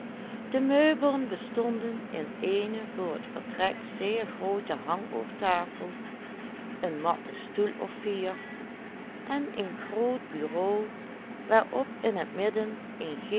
de meubelen bestonden in eene voor het vertrek zeer groote hangoortafel een matten stoel of vier en een groot bureau waarop in het midden een